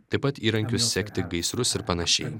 taip pat įrankius sekti gaisrus ir panašiai